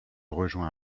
rejoint